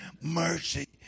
mercy